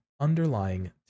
underlying